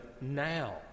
now